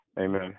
Amen